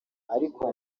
ariko